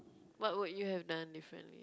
what would you have done differently